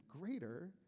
greater